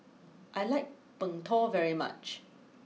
I like Png Tao very much